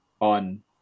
on